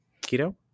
keto